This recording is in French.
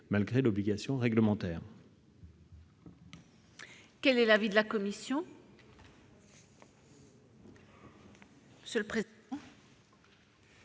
malgré l'obligation réglementaire.